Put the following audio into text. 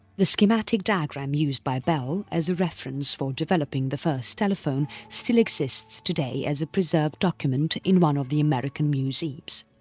the schematic diagram used by bell as a reference for developing the first telephone still exists today as a preserved document in one of the american museums.